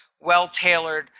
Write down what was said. well-tailored